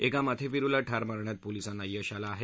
एका माथेफिरुला ठार मारण्यात पोलिसांना यश आलं आहे